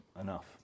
enough